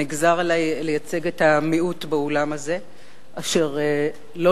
נגזר עלי לייצג את המיעוט באולם הזה אשר לא